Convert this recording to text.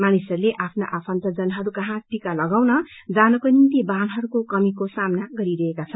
मानिसहरू आफ्ना आफन्तजनहरू कहाँ टीका लगाउन ाजानको निम्ति वाहनहरूको कमीको सामना गरिरहेका छन्